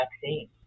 vaccine